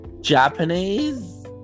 Japanese